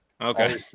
Okay